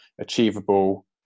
achievable